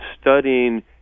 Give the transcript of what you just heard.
studying